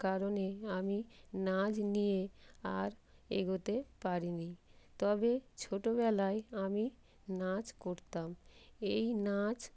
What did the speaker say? কারণে আমি নাচ নিয়ে আর এগোতে পারিনি তবে ছোটবেলায় আমি নাচ করতাম এই নাচ